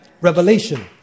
Revelation